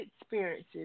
experiences